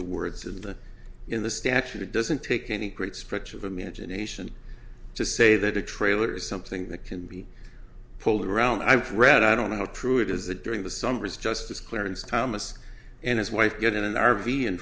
the words in the in the statute it doesn't take any great stretch of imagination to say that a trailer is something that can be pulled around i've read i don't know how true it is that during the summers justice clarence thomas and his wife get in an r v and